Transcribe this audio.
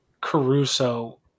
Caruso